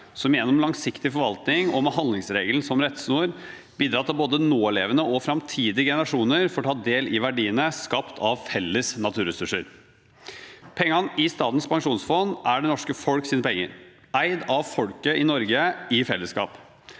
som gjennom langsiktig forvaltning og med handlingsregelen som rettesnor bidrar til at både nålevende og fremtidige generasjoner får ta del i verdiene skapt av felles naturressurser.» Pengene i Statens pensjonsfond er det norske folks penger, eid av folket i Norge i fellesskap.